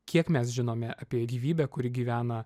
kiek mes žinome apie gyvybę kuri gyvena